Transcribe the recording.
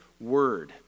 word